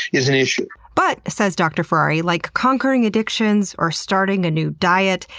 is an issue. but, says dr. ferrari, like conquering addictions or starting a new diet,